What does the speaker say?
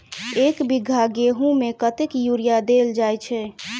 एक बीघा गेंहूँ मे कतेक यूरिया देल जाय छै?